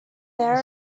there